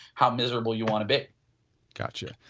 how miserable you want to be got yeah it.